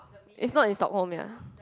is not is not home ya